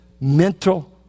mental